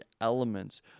elements